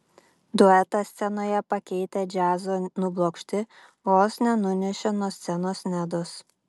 duetą scenoje pakeitę džiazo nublokšti vos nenunešė nuo scenos nedos